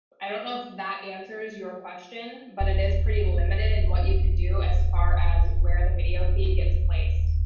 i don't know if that answers your question, but it is pretty limited in what you can do as far as where the video feed gets placed.